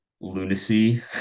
lunacy